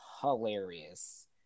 hilarious